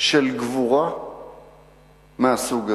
של גבורה מהסוג הזה,